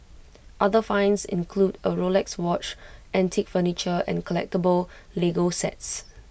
other finds include A Rolex watch antique furniture and collectable Lego sets